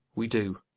we do,